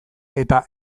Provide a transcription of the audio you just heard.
eta